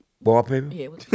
Wallpaper